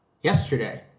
yesterday